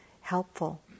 helpful